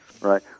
Right